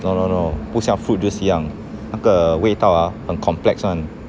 no no no 不像 fruit juice 一样那个味道 ah 很 complex [one]